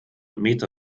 meta